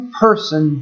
person